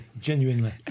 genuinely